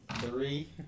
Three